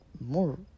more